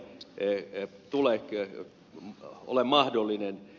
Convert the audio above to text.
se ei tule kerta ole mahdollinen